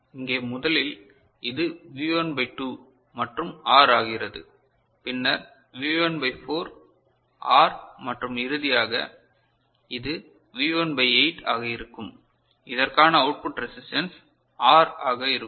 எனவே இங்கே முதலில் இது வி 1 பை 2 மற்றும் ஆர் ஆகிறது பின்னர் வி 1 பை 4 ஆர் மற்றும் இறுதியாக இது வி 1 பை 8 ஆக இருக்கும் இதற்காகவும் அவுட்புட் ரெசிஸ்டன்ஸ் ஆர் ஆக இருக்கும்